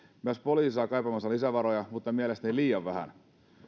myös poliisi saa kaipaamiansa lisävaroja mutta mielestäni liian vähän